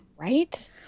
Right